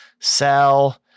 sell